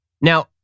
Now